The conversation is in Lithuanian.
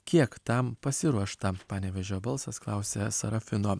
kiek tam pasiruošta panevėžio balsas klausia sarafino